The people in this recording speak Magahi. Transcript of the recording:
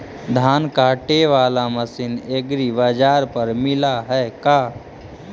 धान काटे बाला मशीन एग्रीबाजार पर मिल है का?